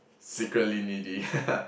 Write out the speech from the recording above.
secretly needy